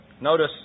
Notice